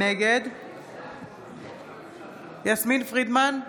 נגד יסמין פרידמן,